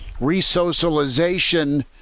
resocialization